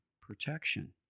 protection